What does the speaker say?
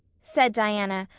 said diana,